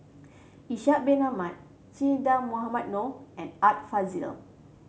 Ishak Bin Ahmad Che Dah Mohamed Noor and Art Fazil